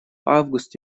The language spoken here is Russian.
август